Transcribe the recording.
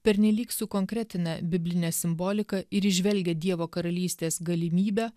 pernelyg sukonkretina biblinę simboliką ir įžvelgia dievo karalystės galimybę